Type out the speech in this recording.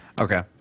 Okay